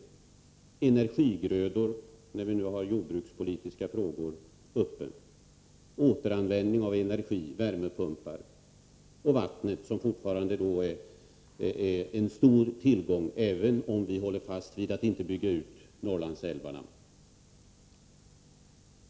Jag vill också nämna energigrödor, när vi nu har jordbrukspolitiska frågor uppe, vidare återanvändning av energi, värmepumpar och vattnet, som fortfarande är en stor tillgång, även om vi håller fast vid att inte bygga ut Norrlandsälvarna.